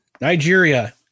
Nigeria